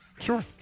Sure